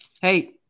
Hey